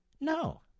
No